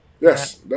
Yes